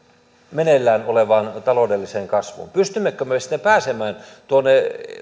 meneillään olevaan taloudelliseen kasvuun pystymmekö me sitten pääsemään tuonne